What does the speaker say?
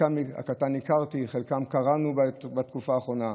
חלקם הקטן הכרתי, על חלקם קראנו בתקופה האחרונה,